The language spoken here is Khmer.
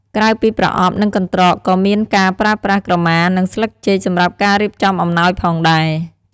ក្រៅពីប្រអប់ និងកន្ត្រក ក៏មានការប្រើប្រាស់ក្រមា និងស្លឹកចេកសម្រាប់ការរៀបចំអំណោយផងដែរ។